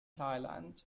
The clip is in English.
thailand